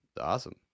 awesome